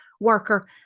worker